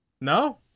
No